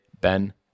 Ben